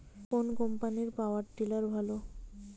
কোন কম্পানির power tiller ভালো?